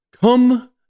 Come